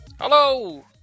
Hello